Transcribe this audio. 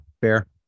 Fair